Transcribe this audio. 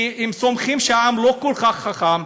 כי הם סומכים שהעם לא כל כך חכם,